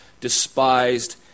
despised